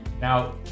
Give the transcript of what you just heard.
Now